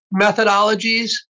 methodologies